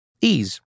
Ease